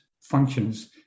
functions